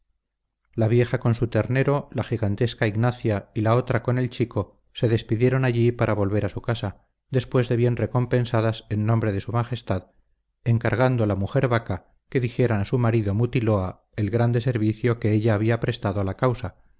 la vieja con su ternero la gigantesca ignacia y la otra con el chico se despidieron allí para volver a su casa después de bien recompensadas en nombre de su majestad encargando la mujer vaca que dijeran a su marido mutiloa el grande servicio que ella había prestado a la causa